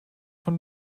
von